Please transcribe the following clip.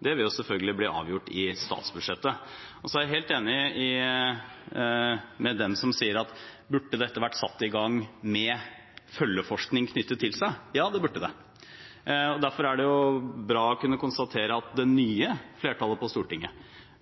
vil selvfølgelig bli avgjort i statsbudsjettet. Så er jeg helt enig med dem som spør: Burde dette vært satt i gang med følgeforskning knyttet til seg? Ja, det burde det. Derfor er det bra å kunne konstatere at det nye flertallet på Stortinget